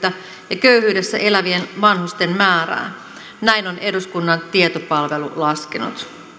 ja köyhyydessä elävien vanhusten määrää näin on eduskunnan tietopalvelu laskenut